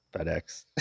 FedEx